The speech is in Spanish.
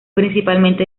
principalmente